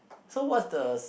so what the